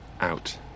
out